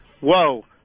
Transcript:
whoa